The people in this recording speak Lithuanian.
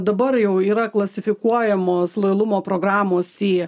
dabar jau yra klasifikuojamos lojalumo programos į